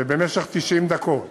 במשך 90 דקות.